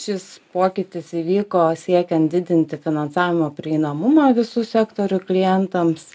šis pokytis įvyko siekiant didinti finansavimo prieinamumą visų sektorių klientams